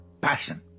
passion